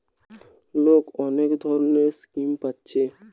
লোক অনেক ধরণের স্কিম পাচ্ছে